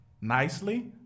nicely